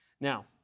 Now